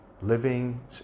Living